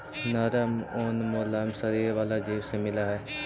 नरम ऊन मुलायम शरीर वाला जीव से मिलऽ हई